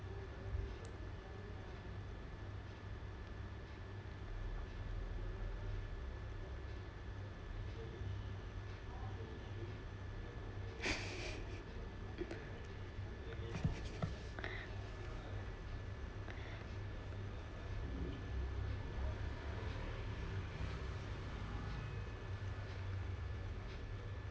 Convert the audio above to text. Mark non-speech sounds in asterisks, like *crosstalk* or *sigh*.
*laughs*